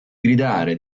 gridare